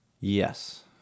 Yes